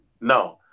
no